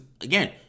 again